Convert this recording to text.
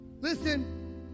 Listen